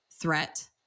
threat